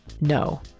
No